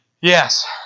Yes